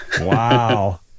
Wow